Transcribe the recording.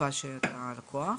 התקופה שאתה לקוח.